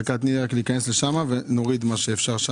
תני לי רגע לבדוק ונוריד את מה שאפשר.